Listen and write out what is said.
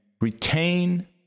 retain